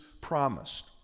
promised